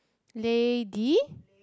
lady